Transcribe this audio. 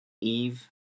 Eve